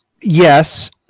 yes